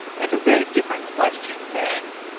that's a very different question than,